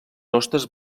hostes